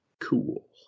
cool